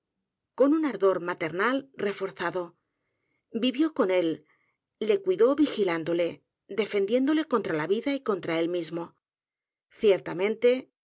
con u n ardor maternal reforzado vivió con él le cuidó vigilándole defendiéndole c o n t r a í a vida y contra él mismo ciertamente